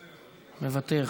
מוותר,